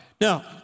Now